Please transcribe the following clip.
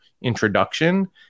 introduction